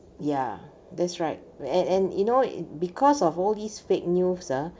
ya that's right and and you know it because of all these fake news ah